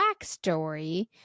backstory